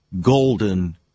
golden